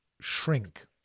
shrink